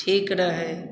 ठीक रहै